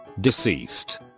deceased